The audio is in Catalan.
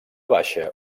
baixa